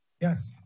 yes